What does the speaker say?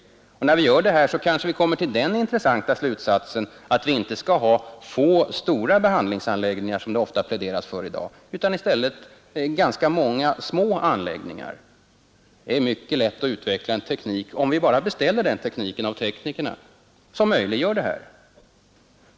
Då vi gör detta kanske vi kommer till den intressanta slutsatsen att vi inte skall ha få stora behandlingsanläggningar, som det ofta pläderas för i dag, utan i stället ganska många små anläggningar. Det är mycket lätt att utveckla en teknik som möjliggör detta, om vi bara beställer den tekniken av teknikerna.